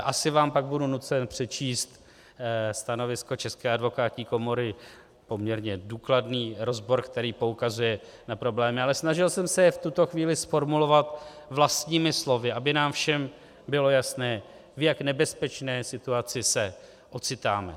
Asi vám pak budu nucen přečíst stanovisko České advokátní komory, poměrně důkladný rozbor, který poukazuje na problémy, ale snažil jsem se je v tuto chvíli zformulovat vlastními slovy, aby nám všem bylo jasné, v jak nebezpečné situaci se ocitáme.